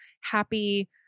happy